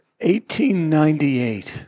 1898